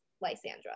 Lysandra